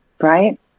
right